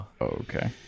okay